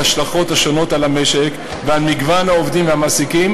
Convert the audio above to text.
ההשלכות השונות על המשק ועל מגוון העובדים והמעסיקים.